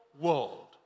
world